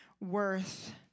worth